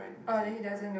oh then he doesn't